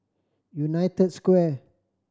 United Square